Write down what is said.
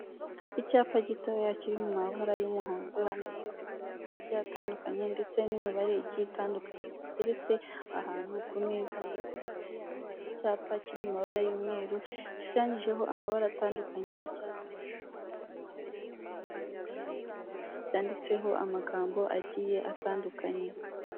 Icyapa gitoya kiri mu mabara y'umuhondo handitseho amagambo agiye atandukanye ndetse n'imibare igiye itandukanye giteretse ahantu ku meza, ndetse hasi yaho hari icyapa kiri mu mabara y'umweru gishushanyijeho amabara atandukanye: icyatsi, umuhondo, ndetse n'umutuku ndetse n'umukara byanditseho amagambo agiye atandukanye.